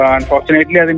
Unfortunately